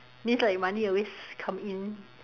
means like money always come in